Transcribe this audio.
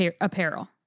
apparel